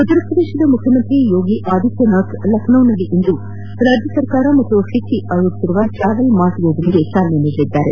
ಉತ್ತರ ಪ್ರದೇಶ ಮುಖ್ಯಮಂತ್ರಿ ಯೋಗಿ ಆಧಿತ್ಯನಾಥ್ ಲಕ್ನೊನಲ್ಲಿ ಇಂದು ರಾಜ್ಯ ಸರ್ಕಾರ ಹಾಗೂ ಫಿಕಿ ಆಯೋಜಿಸಿರುವ ಟ್ರಾವಲ್ ಮಾರ್ಟ್ ಯೋಜನೆಗೆ ಚಾಲನೆ ನೀಡಲಿದ್ದಾರೆ